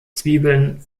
zwiebeln